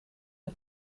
het